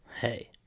Hey